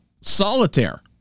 solitaire